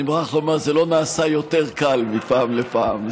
אני מוכרח לומר, זה לא נעשה יותר קל מפעם לפעם.